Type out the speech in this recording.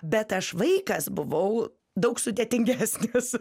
bet aš vaikas buvau daug sudėtingesnis